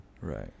Right